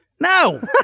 No